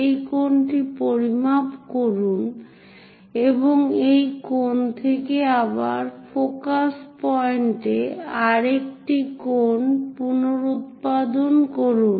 এই কোণটি পরিমাপ করুন আর সেই কোণ থেকে আবার ফোকাস পয়েন্টে আরেকটি কোণ পুনরুত্পাদন করুন